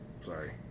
Sorry